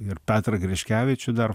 ir petrą griškevičių dar